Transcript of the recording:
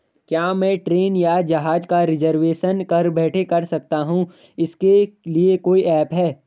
क्या मैं ट्रेन या जहाज़ का रिजर्वेशन घर बैठे कर सकती हूँ इसके लिए कोई ऐप है?